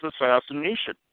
assassination